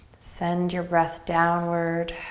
send your breath downward.